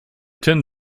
ten